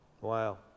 Wow